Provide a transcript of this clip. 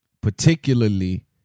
Particularly